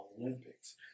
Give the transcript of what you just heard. Olympics